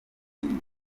icyo